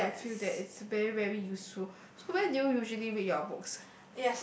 so I feel that it's very very useful so where do you usually read your books